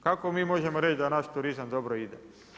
Kako mi možemo reći da naš turizam dobro ide?